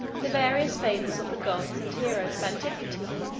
the various fables of the gods and heroes of antiquity